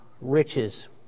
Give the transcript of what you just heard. riches